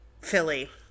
Philly